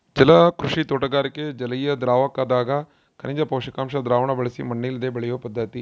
ಜಲಕೃಷಿ ತೋಟಗಾರಿಕೆ ಜಲಿಯದ್ರಾವಕದಗ ಖನಿಜ ಪೋಷಕಾಂಶ ದ್ರಾವಣ ಬಳಸಿ ಮಣ್ಣಿಲ್ಲದೆ ಬೆಳೆಯುವ ಪದ್ಧತಿ